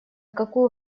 какую